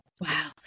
Wow